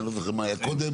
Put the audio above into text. אני לא זוכר מה היה קודם.